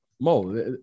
Mo